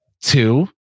Two